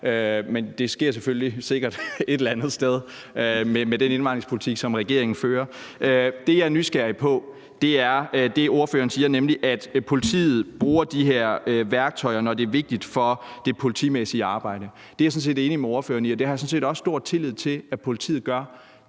men det sker selvfølgelig sikkert et eller andet sted med den indvandringspolitik, som regeringen fører. Det, jeg er nysgerrig på, er det, ordføreren siger, nemlig at politiet bruger de her værktøjer, når det er vigtigt for det politimæssige arbejde. Det er jeg sådan set enig med ordføreren i, og det har jeg sådan set også stor tillid til at politiet gør.